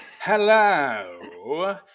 Hello